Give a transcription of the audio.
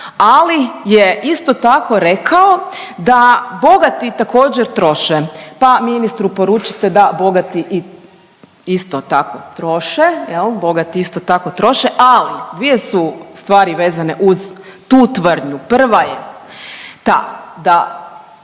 ali je isto tako rekao da bogati također, troše. Pa ministru poručite da bogati isto tako, troše, je li, bogati isto troše, ali dvije su stvari vezano uz tu tvrdnju. Prva je ta da